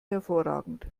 hervorragend